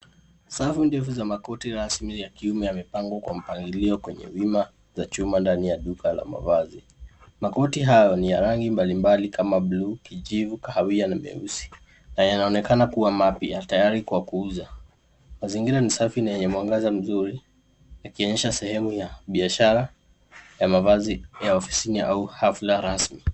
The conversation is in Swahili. Safu ndefu za makoti rasmi ya kiume yamepangwa kwa mpangilio kwenye wima za chuma ndani ya duka la mavazi. Makoti hayo ni ya rangi mbalimbali kama bluu, kijivu, kahawia na meusi na yanaonekana kuwa mapya tayari kwa kuuzwa. Mazingira ni safi na yenye mwangaza mzuri yakionyesha sehemu ya biashara ya mavazi ya ofisini au hafla rasmi.